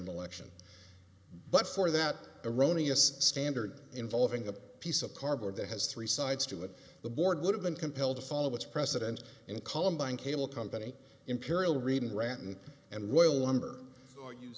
election but for that erroneous standard involving a piece of cardboard that has three sides to it the board would have been compelled to follow its president and columbine cable company imperial reading ratan and well warmer or you